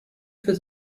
für